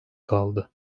kaldı